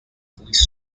police